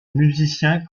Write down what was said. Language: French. musicien